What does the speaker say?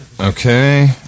Okay